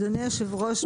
אדוני היושב-ראש,